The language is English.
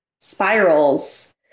spirals